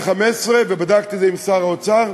ב-2015, ובדקתי את זה עם שר האוצר,